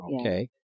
Okay